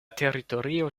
teritorio